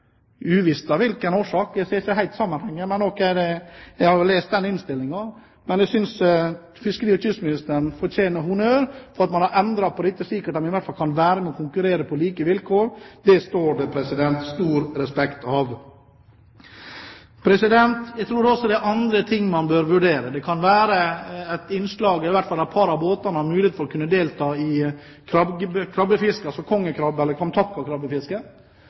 uvisst at hvilken årsak, jeg ser ikke helt sammenhengen, men ok, jeg har jo lest den innstillingen. Men jeg synes fiskeri- og kystministeren fortjener honnør fordi man har endret på dette, slik at de i hvert fall kan være med og konkurrere på like vilkår. Det står det stor respekt av. Jeg tror også det er andre ting man bør vurdere. Det kan være at et par av båtene skal ha mulighet til å delta i krabbefisket, altså kongekrabbe- eller